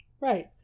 Right